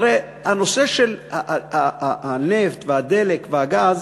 הרי הנושא של הנפט והדלק והגז,